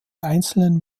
einzelnen